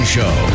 Show